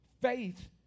Faith